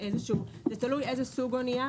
זה תלוי איזה סוג אוניה,